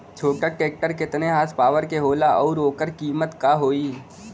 छोटा ट्रेक्टर केतने हॉर्सपावर के होला और ओकर कीमत का होई?